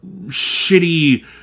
Shitty